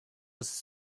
was